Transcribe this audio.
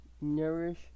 nourish